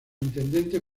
intendente